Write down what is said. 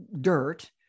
dirt